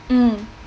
mm